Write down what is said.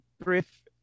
brief